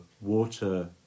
water